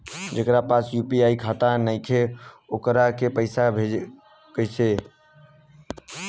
जेकरा पास यू.पी.आई खाता नाईखे वोकरा के पईसा कईसे भेजब?